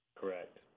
Correct